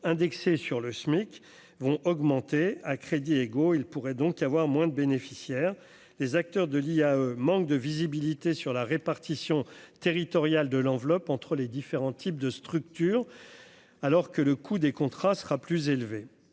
indexé sur le SMIC vont augmenter à crédit égaux, il pourrait donc avoir moins de bénéficiaires, les acteurs de l'IA, manque de visibilité sur la répartition territoriale de l'enveloppe entre les différents types de structures alors que le coût des contrats sera plus élevé,